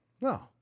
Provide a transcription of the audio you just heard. No